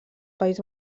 país